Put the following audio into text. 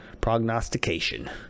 prognostication